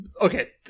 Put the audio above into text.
Okay